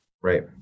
right